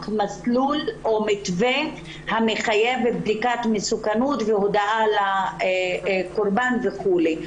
מסלול או מתווה המחייב בדיקת מסוכנות והודעה לקורבן וכולי.